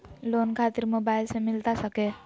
Loan खातिर mobile से मिलता सके?